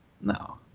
No